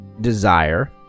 desire